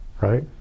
right